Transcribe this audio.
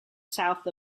south